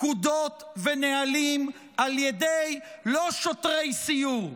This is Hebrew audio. פקודות ונהלים, לא על ידי שוטרי סיור,